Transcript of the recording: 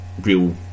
real